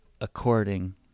according